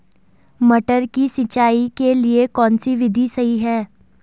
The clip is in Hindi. मटर की सिंचाई के लिए कौन सी विधि सही है?